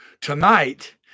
Tonight